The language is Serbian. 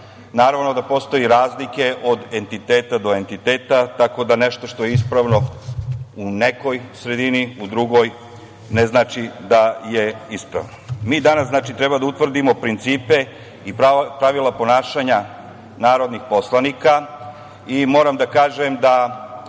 naravno da postoje razlike od entiteta do entiteta, tako da nešto što je ispravna u nekoj sredini, u drugoj ne znači da je ispravno. Mi danas treba da utvrdimo principe i pravila ponašanja narodnih poslanika i moram da kažem da